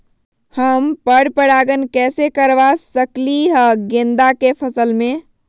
हम पर पारगन कैसे करवा सकली ह गेंदा के फसल में?